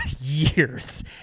years